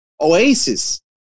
Oasis